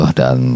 dan